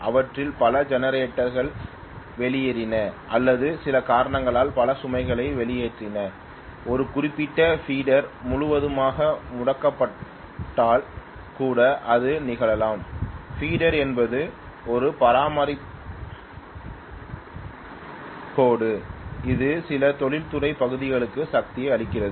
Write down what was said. அவற்றில் பல ஜெனரேட்டர்கள் வெளியேறின அல்லது சில காரணங்களால் பல சுமைகளை வெளியேற்றின ஒரு குறிப்பிட்ட பீடர் முழுவதுமாக முடக்கப்பட்டால் கூட இது நிகழலாம் பீடர் என்பது ஒரு பரிமாற்றக் கோடு இது சில தொழில்துறை பகுதிகளுக்கு சக்தியை அளிக்கிறது